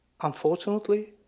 Unfortunately